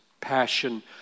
passion